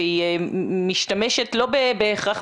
והיא משתמשת לא בהכרח